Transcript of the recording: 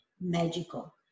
magical